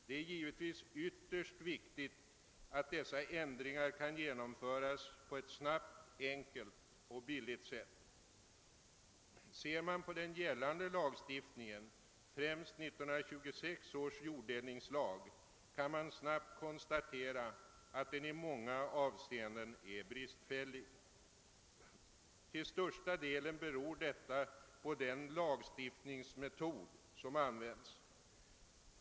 Det är givetvis ytterst viktigt att dessa ändringar kan genomföras på ett snabbt, enkelt och billigt sätt. Ser man på den gällande lagstiftningen, främst 1926 års jorddelningslag, kan man snabbt konstatera att den i många avseenden är bristfällig. Till största delen har detta sin grund i den lagstiftningsmetod som använts.